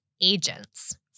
agents